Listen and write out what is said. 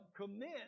commit